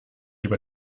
über